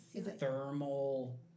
thermal